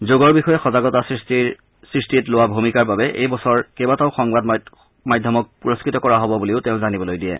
যোগৰ বিষয়ে সজাগতা সৃষ্টিৰ লোৱাত ভূমিকাৰ বাবে এই বছৰ কেইবাটাও সংবাদ প্ৰতিষ্ঠানক পুৰস্থত কৰা হ'ব বুলিও তেওঁ জানিবলৈ দিয়ে